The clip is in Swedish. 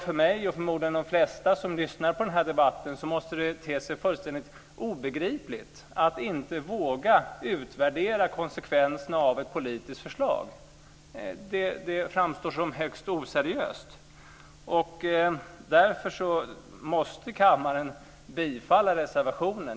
För mig, och förmodligen de flesta som lyssnar på den här debatten, måste det te sig fullständigt obegripligt att man inte skulle våga utvärdera konsekvenserna av ett politiskt förslag. Det framstår som högst oseriöst. Därför måste kammaren bifalla reservationen.